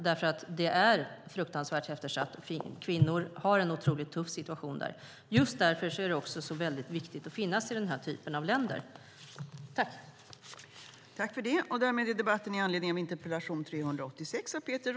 Det är fruktansvärt eftersatt, och kvinnor har en otroligt tuff situation där. Därför är det väldigt viktigt att finnas i den typen av länder.